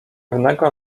pewnego